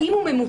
האם זה ממוצה?